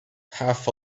half